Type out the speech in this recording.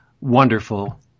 wonderful